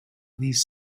these